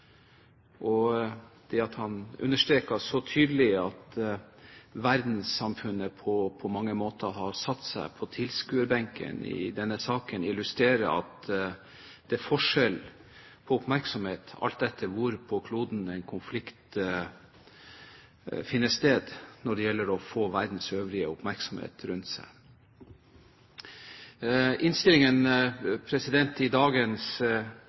situasjon i Kirgisistan. Han understreket tydelig at verdenssamfunnet på mange måter har satt seg på tilskuerbenken i denne saken. Det illustrerer at det er forskjell, alt etter hvor på kloden en konflikt finner sted, når det gjelder å få den øvrige verdens oppmerksomhet. Innstillingene i dagens